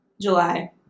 July